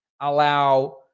allow